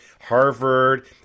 Harvard